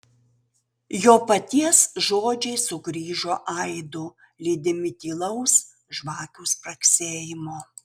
jo paties žodžiai sugrįžo aidu lydimi tylaus žvakių spragsėjimo